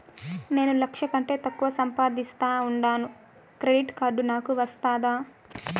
నేను లక్ష కంటే తక్కువ సంపాదిస్తా ఉండాను క్రెడిట్ కార్డు నాకు వస్తాదా